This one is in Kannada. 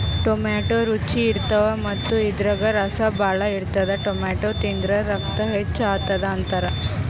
ಟೊಮ್ಯಾಟೋ ರುಚಿ ಇರ್ತವ್ ಮತ್ತ್ ಇದ್ರಾಗ್ ರಸ ಭಾಳ್ ಇರ್ತದ್ ಟೊಮ್ಯಾಟೋ ತಿಂದ್ರ್ ರಕ್ತ ಹೆಚ್ಚ್ ಆತದ್ ಅಂತಾರ್